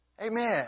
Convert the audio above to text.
Amen